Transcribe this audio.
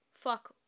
fuck